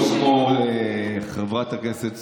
זה לא כמו חברת הכנסת סויד,